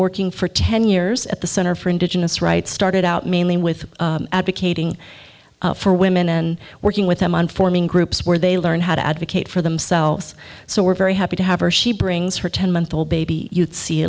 working for to ten years at the center for indigenous rights started out mainly with advocating for women and working with them on forming groups where they learn how to advocate for themselves so we're very happy to have her she brings her ten month old baby